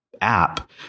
app